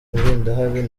mulindahabi